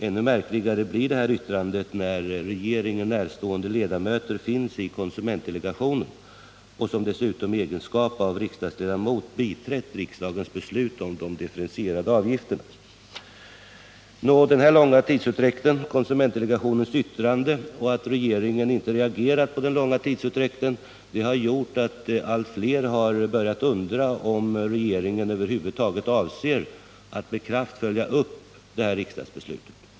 Ännu märkligare blir detta yttrande när man vet att regeringen närstående ledamöter är med i konsumentdelegationen, ledamöter som dessutom i egenskap av riksdagsmän har biträtt beslutet om de differentierade avgifterna. Den långa tidsutdräkten, konsumentdelegationens yttrande och att regeringen inte har reagerat på den långa tidsutdräkten har gjort att allt fler börjat undra om regeringen över huvud taget avser att med kraft följa upp detta riksdagsbeslut.